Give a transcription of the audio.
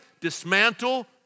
dismantle